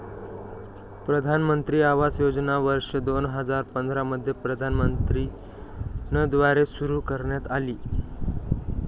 प्रधानमंत्री आवास योजना वर्ष दोन हजार पंधरा मध्ये प्रधानमंत्री न द्वारे सुरू करण्यात आली